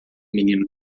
menino